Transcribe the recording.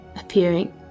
appearing